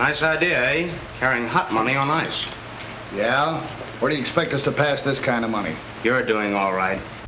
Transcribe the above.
nice idea a hot money on ice yeah where do you expect us to pass this kind of money you're doing all right